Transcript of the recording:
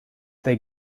they